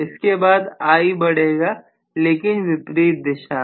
इसके बाद I बढ़ेगा लेकिन विपरीत दिशा में